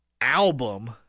Album